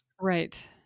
Right